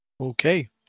Okay